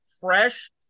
fresh